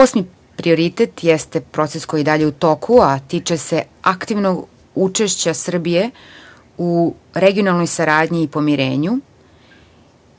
Osmi prioritet jeste proces koji je i dalje u toku, a tiče se aktivnog učešća Srbije u regionalnoj saradnji i pomirenju,